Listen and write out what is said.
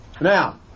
Now